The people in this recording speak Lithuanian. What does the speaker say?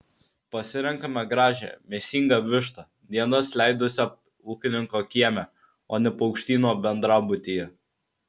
pasirenkame gražią mėsingą vištą dienas leidusią ūkininko kieme o ne paukštyno bendrabutyje